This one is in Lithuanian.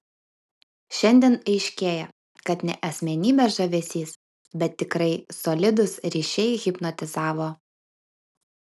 šiandien aiškėja kad ne asmenybės žavesys bet tikrai solidūs ryšiai hipnotizavo